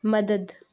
مدد